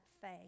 faith